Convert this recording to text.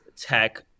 tech